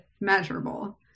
measurable